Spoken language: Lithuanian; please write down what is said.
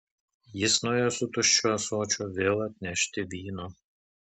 jis nuėjo su tuščiu ąsočiu vėl atnešti vyno